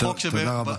תודה רבה.